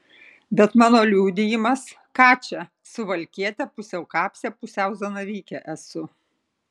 bet mano liudijimas ką čia suvalkietė pusiau kapsė pusiau zanavykė esu